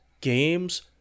games